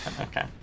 Okay